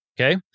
okay